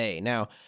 Now